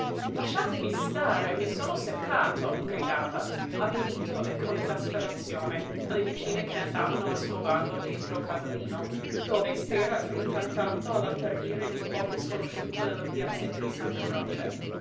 lasciatemi stare i sono seccato gridava avvilito e con esasperazione alle vicine che andavano a scovarlo dentro il casalino dove s'era rintanato all'apparire di qualche sconosciuto nella piazzetta di santa croce